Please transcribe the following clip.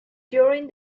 during